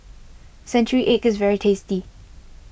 Century Egg is very tasty